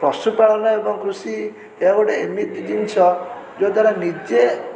ପଶୁପାଳନ ଏବଂ କୃଷି ଏହା ଗୋଟେ ଏମିତି ଜିନିଷ ଯଦ୍ଵାରା ନିଜେ